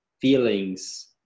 feelings